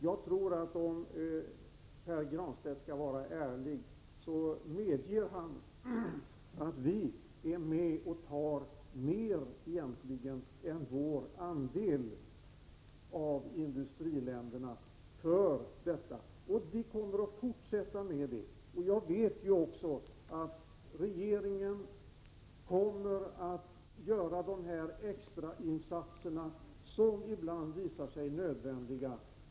Jag tror att Pär Granstedt, om han är ärlig, medeger att vi i detta avseende tar ett större ansvar än andra industriländer. Vi kommer att fortsätta att göra det. Jag vet att regeringen kommer att göra de extrainsatser för UNICEF som ibland visar sig nödvändiga.